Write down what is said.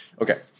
Okay